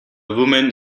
woman